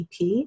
EP